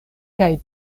kaj